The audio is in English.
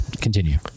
continue